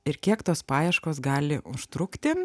ir kiek tos paieškos gali užtrukti